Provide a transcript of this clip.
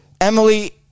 emily